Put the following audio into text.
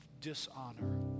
dishonor